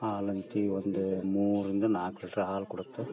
ಹಾಲಂತೂ ಒಂದು ಮೂರರಿಂದ ನಾಲ್ಕು ಲೀಟ್ರ್ ಹಾಲು ಕೊಡತ್ತೆ